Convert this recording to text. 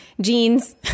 Jeans